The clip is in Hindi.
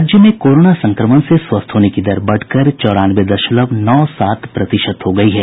राज्य में कोरोना संक्रमण से स्वस्थ होने की दर बढ़कर चौरानवे दशमलव नौ सात प्रतिशत हो गई है